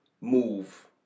move